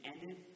ended